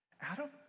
Adam